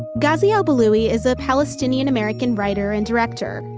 ghazi al-buliwi is a palestinian-american writer and director.